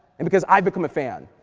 and because i become a fan,